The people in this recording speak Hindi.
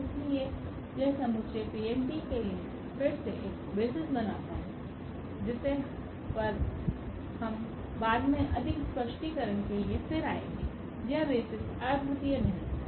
इसलिए यह समुच्चय Pn के लिए फिर से एक बेसिस बनाता है जिस पर हम बाद में अधिक स्पष्टीकरण के लिए फिर आएंगे यह बेसिस अद्वितीय नहीं है